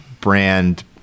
brand